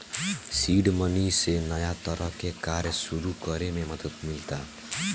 seed money से नया तरह के कार्य सुरू करे में मदद मिलता